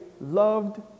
loved